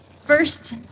First